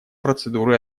процедуры